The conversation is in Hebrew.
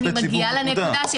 אני מגיעה לנקודה.